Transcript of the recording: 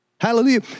Hallelujah